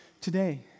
today